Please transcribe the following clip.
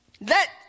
Let